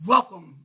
Welcome